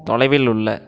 தொலைவில் உள்ள